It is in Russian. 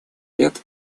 лет